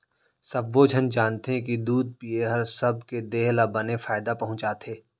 सब्बो झन जानथें कि दूद पिए हर सबे के देह ल बने फायदा पहुँचाथे